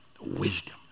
wisdom